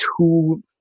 two